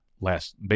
last